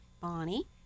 Bonnie